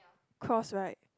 cross right